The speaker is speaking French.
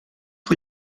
rue